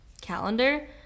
calendar